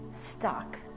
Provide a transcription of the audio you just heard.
stuck